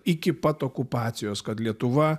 iki pat okupacijos kad lietuva